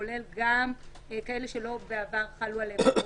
כולל גם כאלה שלא חלו עליהם בעבר,